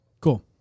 Cool